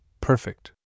perfect